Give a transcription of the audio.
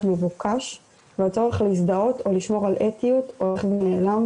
מבוקש והצורך להזדהות או לשמור על אתיות הולך ונעלם